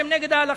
שהם נגד ההלכה?